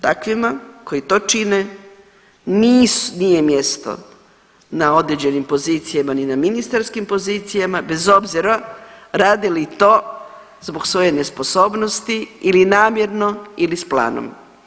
Takvima koji to čine nije mjesto na određenim pozicijama ni na ministarskim pozicijama bez obzira radi li to zbog svoje nesposobnosti ili namjerno ili s planom.